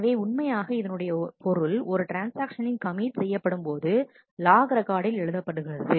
எனவே உண்மையாக இதனுடைய பொருள் ஒரு ட்ரான்ஸ்ஆக்ஷனின் கமிட் செய்யப்படும்போது லாக் ரெக்கார்டில் எழுதப்படுகிறது